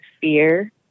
fear